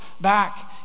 back